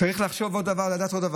צריך לדעת עוד דבר: